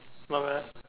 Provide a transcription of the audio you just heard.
not bad